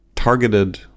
targeted